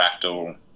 Fractal